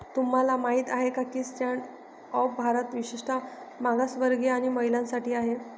तुम्हाला माहित आहे का की स्टँड अप भारत विशेषतः मागासवर्गीय आणि महिलांसाठी आहे